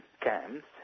camps